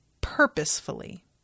purposefully